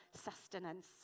sustenance